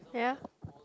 ya